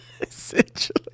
essentially